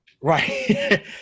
Right